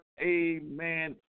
Amen